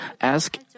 Ask